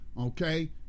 Okay